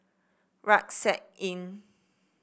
Rucksack Inn